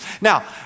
Now